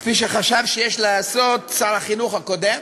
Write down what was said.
כפי שחשב שיש לעשות שר החינוך הקודם?